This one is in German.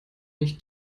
mich